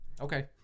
Okay